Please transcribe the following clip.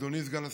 אדוני סגן השר,